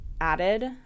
added